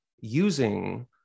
using